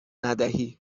ندهی